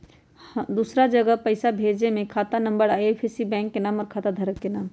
दूसरा जगह पईसा भेजे में खाता नं, आई.एफ.एस.सी, बैंक के नाम, और खाता धारक के नाम?